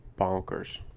Bonkers